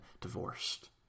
divorced